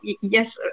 Yes